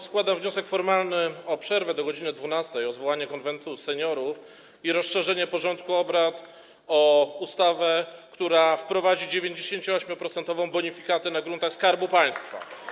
Składam wniosek formalny o przerwę do godz. 12, o zwołanie Konwentu Seniorów i rozszerzenie porządku obrad o ustawę, która wprowadzi 98-procentową bonifikatę na gruntach Skarbu Państwa.